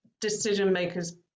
decision-makers